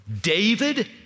David